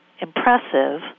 impressive